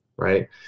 Right